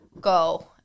go